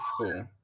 school